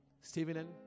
Stephen